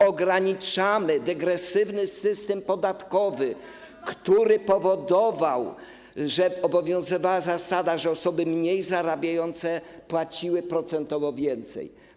Ograniczamy degresywny system podatkowy, który powodował, że obowiązywała zasada, że osoby mniej zarabiające płaciły procentowo więcej.